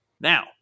Now